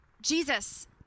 Jesus